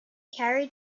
carried